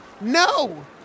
No